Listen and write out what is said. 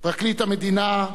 פרקליט המדינה,